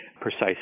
precise